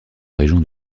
région